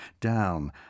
down